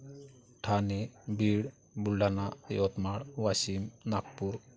Thane Beed Buldhana Yavatmal Washim Nagpur